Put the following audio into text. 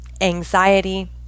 anxiety